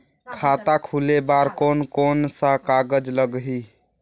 खाता खुले बार कोन कोन सा कागज़ लगही?